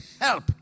help